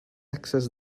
access